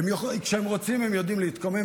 כשהם רוצים, הם יודעים להתקומם.